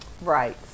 right